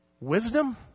wisdom